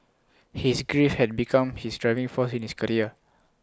his grief had become his driving force in his career